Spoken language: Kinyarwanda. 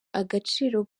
agaciro